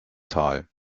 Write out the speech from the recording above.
tal